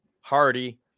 Hardy